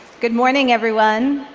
good morning, everyone.